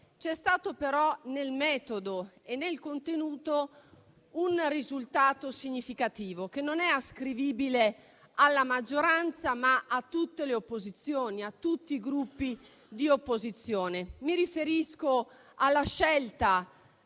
C'è stato però nel metodo e nel contenuto un risultato significativo che non è ascrivibile alla maggioranza, ma a tutti i Gruppi di opposizione. Mi riferisco alla scelta